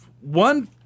one